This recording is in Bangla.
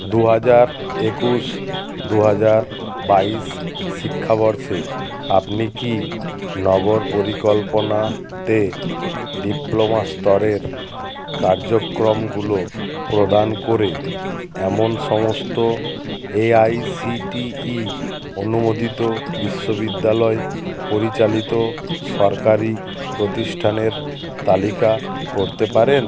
দু হাজার একুশ দু হাজার বাইশ শিক্ষাবর্ষে আপনি কি নগর পরিকল্পনাতে ডিপ্লোমা স্তরের কার্যক্রমগুলো প্রদান করে এমন সমস্ত এআইসিটিই অনুমোদিত বিশ্ববিদ্যালয় পরিচালিত সরকারি প্রতিষ্ঠানের তালিকা করতে পারেন